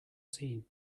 seen